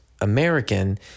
American